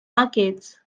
markets